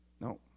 No